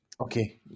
Okay